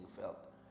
felt